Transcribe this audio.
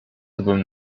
tobym